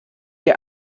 der